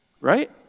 Right